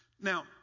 Now